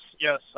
yes